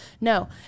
No